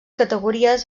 categories